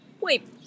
Wait